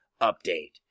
update